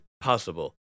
possible